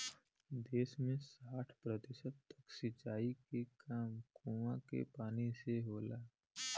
देस में साठ प्रतिशत तक सिंचाई के काम कूंआ के पानी से होला